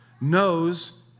knows